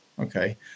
okay